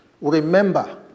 remember